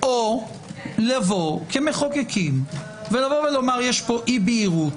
או לבוא כמחוקקים ולומר: יש פה אי בהירות.